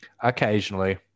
Occasionally